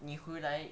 你回来